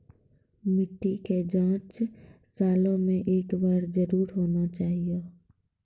मिट्टी के जाँच सालों मे एक बार जरूर होना चाहियो?